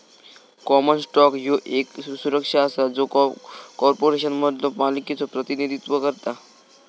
common stock ह्यो येक सुरक्षा असा जो कॉर्पोरेशनमधलो मालकीचो प्रतिनिधित्व करता